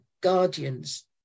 guardians